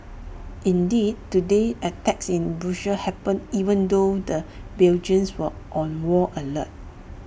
indeed today's attacks in Brussels happened even though the Belgians were on wall alert